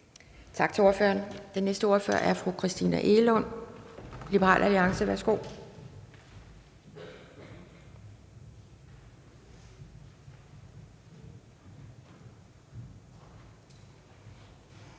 Tak til ordføreren. Den næste ordfører er fru Christina Egelund, Liberal Alliance. Værsgo.